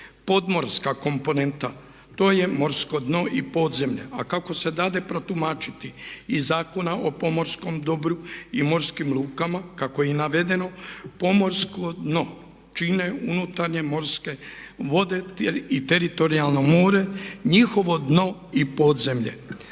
Podmorska komponenta, to je morsko dno i podzemlje. A kako se dade protumačiti iz Zakona o pomorskom dobru i morskim lukama kako je i navedeno pomorsko dno čine unutarnje morske vode i teritorijalno more, njihovo dno i podzemlje.